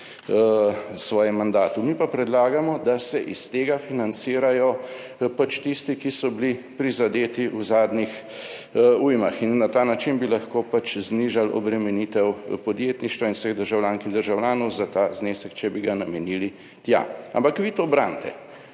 svojem mandatu, mi pa predlagamo, da se iz tega financirajo tisti, ki so bili prizadeti v zadnjih ujmah in na ta način bi lahko znižali obremenitev podjetništva in vseh državljank in državljanov za ta znesek, če bi ga namenili tja. Ampak vi to branite